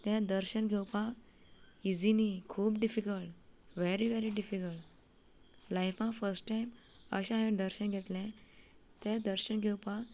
तें दर्शन घेवपाक इज्जी न्हय खूब डिफिकल्ट वॅरी वॅरी डिफिकल्ट लायफांत फर्स्ट टायम अशें हांवें दर्शन घेतलें तें दर्शण घेवपाक